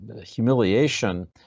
humiliation